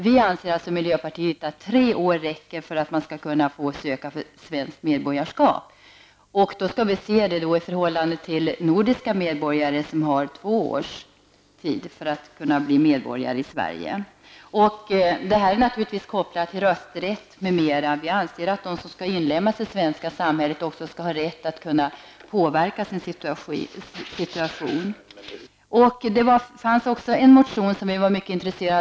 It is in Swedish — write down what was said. Vi i miljöpartiet anser att tre år räcker för att man skall kunna söka svenskt medborgarskap. Vi skall se detta i förhållande till att nordiska medborgare som har två års vistelsetid för att kunna bli medborgare i Sverige. Detta är naturligtvis kopplat till rösträtt m.m. Vi anser att de som skall inlemmas i det svenska samhället också skall ha rätt att kunna påverka sin situation. Det fanns även en annan motion som vi var mycket intresserade av.